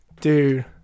Dude